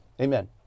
amen